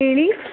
ಹೇಳಿ